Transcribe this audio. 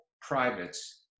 privates